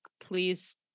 please